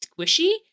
squishy